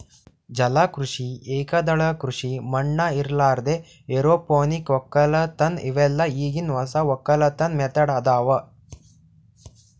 ಜಲ ಕೃಷಿ, ಏಕದಳ ಕೃಷಿ ಮಣ್ಣ ಇರಲಾರ್ದೆ ಎರೋಪೋನಿಕ್ ವಕ್ಕಲತನ್ ಇವೆಲ್ಲ ಈಗಿನ್ ಹೊಸ ವಕ್ಕಲತನ್ ಮೆಥಡ್ ಅದಾವ್